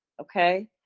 okay